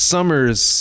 Summers